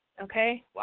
Okay